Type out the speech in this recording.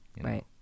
right